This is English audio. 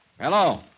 Hello